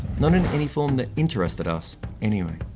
not in any form that interested us anyway.